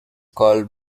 called